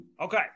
Okay